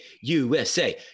USA